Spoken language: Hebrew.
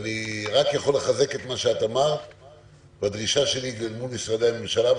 אני רק יכול לחזק את דברייך והדרישה שלי היא מול משרדי הממשלה.